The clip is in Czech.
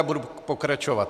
Budu pokračovat.